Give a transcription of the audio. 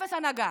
אפס הנהגה.